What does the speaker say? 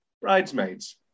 Bridesmaids